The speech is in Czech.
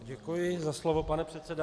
Děkuji za slovo, pane předsedající.